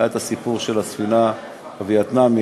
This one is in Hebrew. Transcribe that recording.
היה הסיפור של הספינה הווייטנאמית.